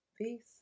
peace